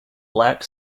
black